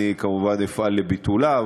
אני כמובן אפעל לביטולה.